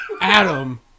Adam